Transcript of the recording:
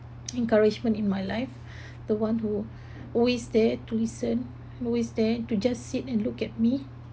encouragement in my life the one who always there to listen always there to just sit and look at me